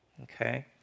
Okay